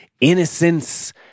innocence